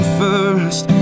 first